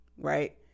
right